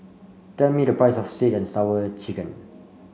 tell me the price of sweet and Sour Chicken